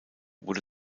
wurde